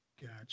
Gotcha